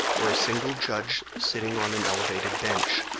or a single judge sitting on an elevated bench.